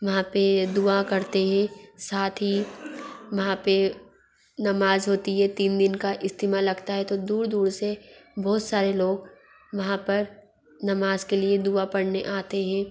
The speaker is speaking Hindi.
वहाँ पर दुआ करते हें साथ ही वहाँ पर नमाज़ होती हे तीन दिन का इज्तिमा लगता है तो दूर दूर से बहुत सारे लोग वहाँ पर नमाज़ के लिए दुआ पढ़ने आते हैं